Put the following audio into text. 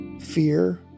fear